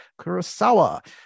kurosawa